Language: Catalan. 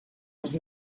als